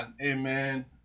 Amen